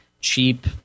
cheap